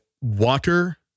water